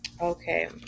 Okay